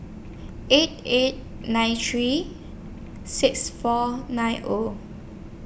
eight eight nine three six four nine O